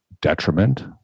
detriment